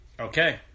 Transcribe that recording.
Okay